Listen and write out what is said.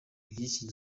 by’iki